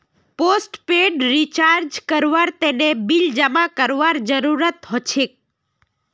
postpaid recharge करवार तने bill जमा करवार जरूरत हछेक